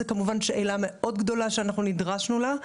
זו, כמובן, שאלה מאוד גדולה שאנחנו נדרשנו לה.